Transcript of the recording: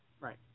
Right